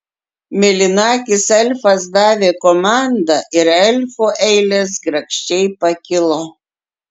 mėlynakis elfas davė komandą ir elfų eilės grakščiai pakilo